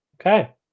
Okay